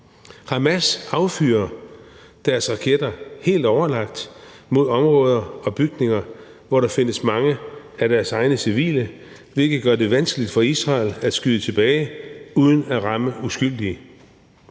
Hamas affyrer deres raketter helt overlagt mod områder og bygninger, hvor der findes mange af deres egne civile, hvilket gør det vanskeligt for Israel at skyde tilbage uden at ramme uskyldige.